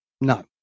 No